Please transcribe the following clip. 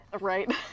right